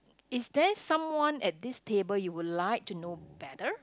is there someone at this table you would like to know better